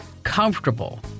comfortable